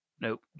Nope